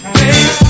baby